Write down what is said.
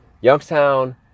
Youngstown